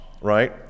right